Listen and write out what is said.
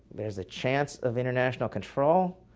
there's a chance of international control,